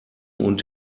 und